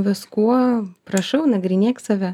viskuo prašau nagrinėk save